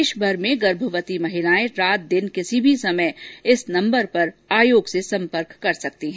देश भर में गर्भवती महिलाएं रात दिन किसी भी समय इस नम्बर पर आयोग से संपर्क कर सकती हैं